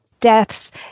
deaths